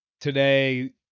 today